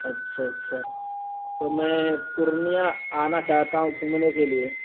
اچھا اچھا تو میں پورنیہ آنا چاہتا ہوں گھومنے کے لیے